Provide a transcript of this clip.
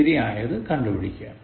ശരിയായത് കണ്ടുപിടിക്കുക